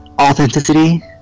authenticity